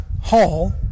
Hall